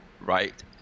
right